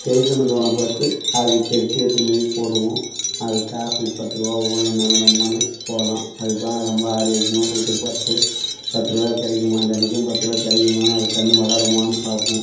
பறிக்கணும் தோணப் பார்த்து அது பறிச்சி எடுத்துன்னு போய் போடுவோம் அது காசு பத்துரூபா வேணுன்னாலும் நம்மானு போகலாம் அது தான் ரொம்ப ஆரோக்கியமாக போய்ட்டு பார்த்துட்டு பத்துரூபா கிடைக்குமா தினைக்கும் பத்துரூவா கிடைக்குமான்னு அது கன்று வளருமான்னு பார்ப்போம்